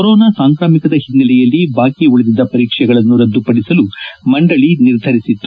corona ಸಾಂಕ್ರಾಮಿಕದ ಹಿನ್ನೆಲೆಯಲ್ಲಿ ಬಾಕಿ ಉಳಿದಿದ್ದ ಪರೀಕ್ಷೆಗಳನ್ನು ರದ್ದುಪಡಿಸಲು ಮಂಡಳಿ ನಿರ್ಧರಿಸಿತ್ತು